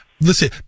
Listen